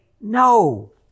no